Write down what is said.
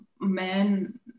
men